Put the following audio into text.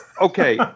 okay